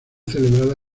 celebrada